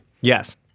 Yes